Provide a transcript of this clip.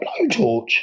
blowtorch